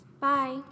Bye